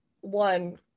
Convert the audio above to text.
one